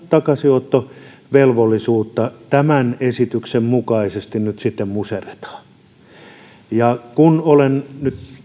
takaisinottovelvollisuutta tämän esityksen mukaisesti nyt sitten muserretaan kun olen